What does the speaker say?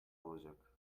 olacak